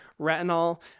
Retinol